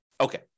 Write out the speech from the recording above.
Okay